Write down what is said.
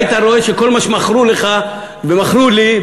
היית רואה שכל מה שמכרו לך ומכרו לי,